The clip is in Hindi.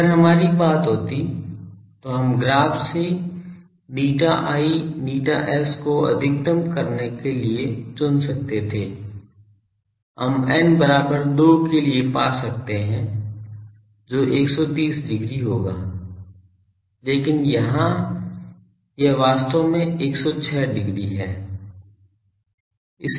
अगर हमारी बात होती तो हम ग्राफ से ηi ηs को अधिकतम करने के लिए चुन सकते थे हम n बराबर 2 के लिए पा सकते हैं जो 130 डिग्री होगा लेकिन यहां यह वास्तव में 106 डिग्री है